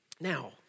Now